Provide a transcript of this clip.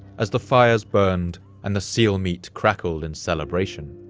as the fires burned and the seal meat crackled in celebration,